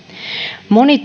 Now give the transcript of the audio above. moni